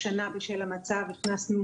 השנה בשל המצב הכנסנו.